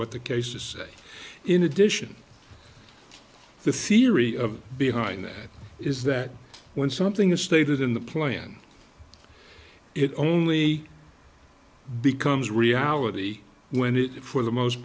what the case is in addition the theory of behind that is that when something is stated in the plan it only becomes reality when it's for the most